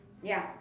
ya